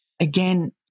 Again